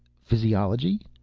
physiology?